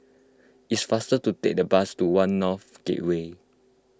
it is faster to take the bus to one North Gateway